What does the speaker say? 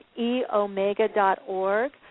eomega.org